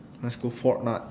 let's go fortnite